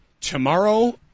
tomorrow